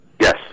yes